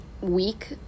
week